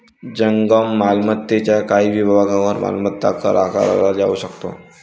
जंगम मालमत्तेच्या काही विभागांवर मालमत्ता कर आकारला जाऊ शकतो